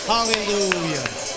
Hallelujah